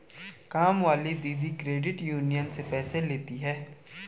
कामवाली दीदी credit union से पैसे लेती हैं